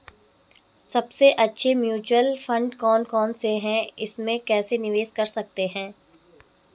सबसे अच्छे mutual fund कौन कौनसे हैं इसमें कैसे निवेश कर सकते हैं?